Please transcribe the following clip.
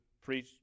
preach